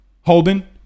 Holden